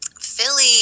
Philly